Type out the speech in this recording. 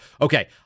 Okay